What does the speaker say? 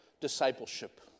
discipleship